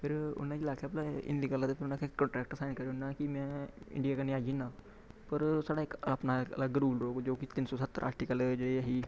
फिर उ'नें जेल्लै आखेआ भला इ'न्नी गल्ल ते उ'नें आखेआ कॉन्ट्रैक्ट साइन करी ओड़ना कि में इंडिया कन्नै आई जन्ना पर साढ़ा इक अपना अलग रूल रौह्ग जो कि साढ़ा तिन्न सौ सत्तर आर्टिकल जे ही